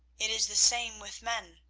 it is the same with men,